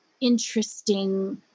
interesting